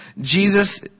Jesus